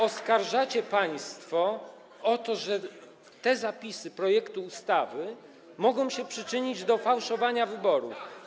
Oskarżacie państwo o to, że te zapisy projektu ustawy mogą się przyczynić do fałszowania wyborów.